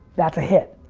that's a hit.